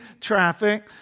traffic